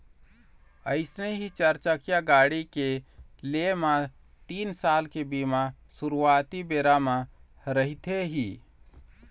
अइसने ही चारचकिया गाड़ी के लेय म तीन साल के बीमा सुरुवाती बेरा म रहिथे ही